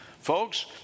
Folks